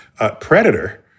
Predator